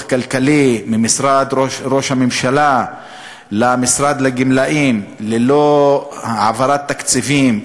כלכלי ממשרד ראש הממשלה למשרד הגמלאים ללא העברת תקציבים,